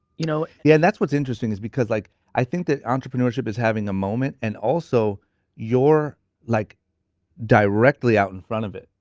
you know yeah and that's what's interesting is because like i think that entrepreneurship is having a moment and also you're like directly out in front of it.